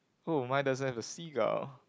who my doesn't have a seagull